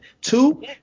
Two